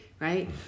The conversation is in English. Right